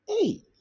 hey